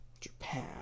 Japan